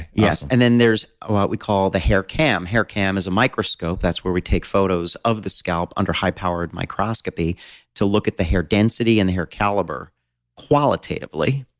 yes. and there's ah what we call the haircam. haircam is a microscope. that's where we take photos of the scalp under high-powered microscopy to look at the hair density and the hair caliber qualitatively.